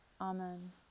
Amen